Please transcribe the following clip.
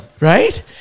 Right